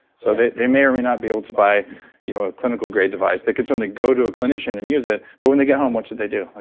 so they they may or may not be able to buy you know a clinical grade device. they could certainly go to a clinician and use it, but when they get home what should they do? like